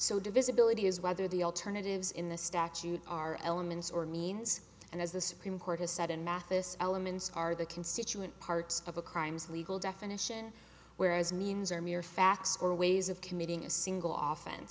so divisibility is whether the alternatives in the statute are elements or means and as the supreme court has said in mathis elements are the constituent parts of a crimes legal definition whereas means are mere facts or ways of committing a single often